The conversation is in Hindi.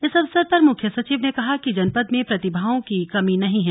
इस अवसर पर मुख्य सचिव ने कहा कि जनपद में प्रतिभाओं की कमी नहीं है